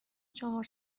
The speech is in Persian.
چهار